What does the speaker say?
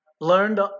learned